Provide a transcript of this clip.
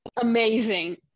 amazing